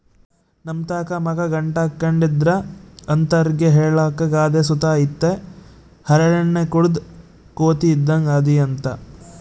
ನಮ್ತಾಕ ಮಕ ಗಂಟಾಕ್ಕೆಂಡಿದ್ರ ಅಂತರ್ಗೆ ಹೇಳಾಕ ಗಾದೆ ಸುತ ಐತೆ ಹರಳೆಣ್ಣೆ ಕುಡುದ್ ಕೋತಿ ಇದ್ದಂಗ್ ಅದಿಯಂತ